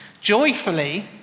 joyfully